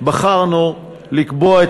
בחרנו לקבוע את